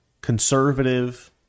conservative